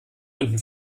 unten